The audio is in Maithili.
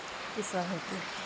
की सब हेतै